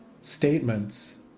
statements